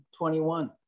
21